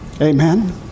Amen